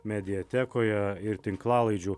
mediatekoje ir tinklalaidžių